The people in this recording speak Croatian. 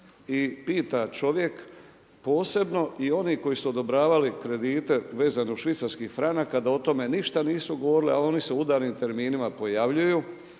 i pita čovjek posebno i oni koji su odobravali kredite vezano uz švicarski franak da o tome ništa nisu govorili, a oni se u udarnim terminima pojavljuju,